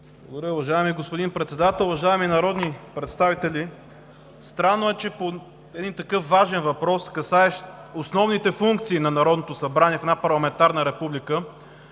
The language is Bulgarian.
Благодаря. Уважаеми господин Председател, уважаеми народни представители, странно е, че по такъв важен въпрос, касаещ основните функции на народните представители в една парламентарна република